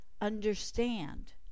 understand